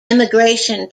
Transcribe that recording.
immigration